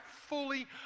fully